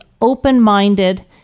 open-minded